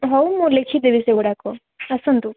ହଉ ମୁଁ ଲେଖି ଦେବି ସେଗୁଡ଼ିକ ଆସନ୍ତୁ